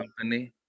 Company